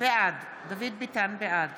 בעד